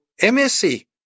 MSC